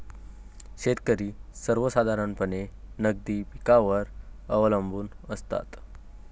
शेतकरी सर्वसाधारणपणे नगदी पिकांवर अवलंबून असतात